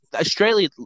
Australia